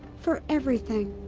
for everything.